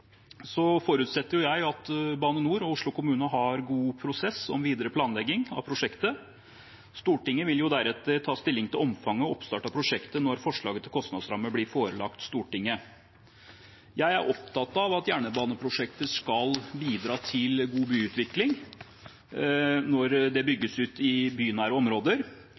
forutsetter jeg at Bane NOR og Oslo kommune har en god prosess om videre planlegging av prosjektet. Stortinget vil deretter ta stilling til omfanget og oppstart av prosjektet når forslaget til kostnadsramme blir forelagt Stortinget. Jeg er opptatt av at jernbaneprosjektet skal bidra til god byutvikling når det bygges ut i bynære områder.